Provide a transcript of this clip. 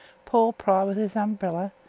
paul pry with his umbrella,